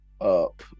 up